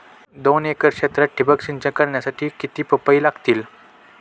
दोन एकर क्षेत्रात ठिबक सिंचन करण्यासाठी किती पाईप लागतील?